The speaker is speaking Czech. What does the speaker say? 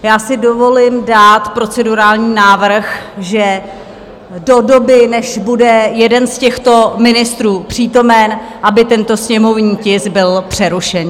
Já si dovolím dát procedurální návrh, že do doby, než bude jeden z těchto ministrů přítomen, aby tento sněmovní tisk byl přerušen.